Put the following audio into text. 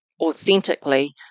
authentically